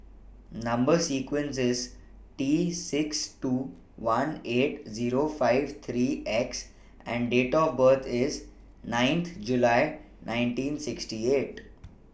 Number sequence IS T six two one eight Zero five three X and Date of birth IS ninth July nineteen sixty eight